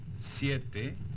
Siete